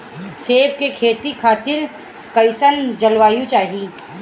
सेब के खेती खातिर कइसन जलवायु चाही?